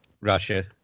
Russia